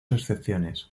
excepciones